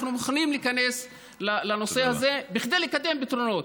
אנחנו מוכנים להיכנס לנושא הזה כדי לקדם פתרונות,